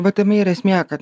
va tame ir esmė kad